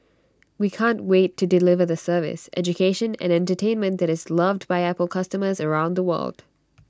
we can't wait to deliver the service education and entertainment that is loved by Apple customers around the world